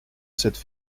cette